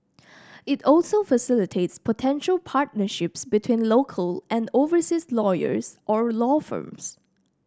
it also facilitates potential partnerships between local and overseas lawyers or law firms